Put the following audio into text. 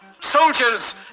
Soldiers